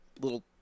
little